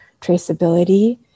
traceability